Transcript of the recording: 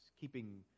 keeping